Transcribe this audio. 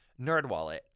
NerdWallet